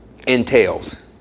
entails